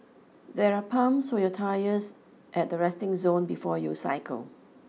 there are pumps for your tyres at the resting zone before you cycle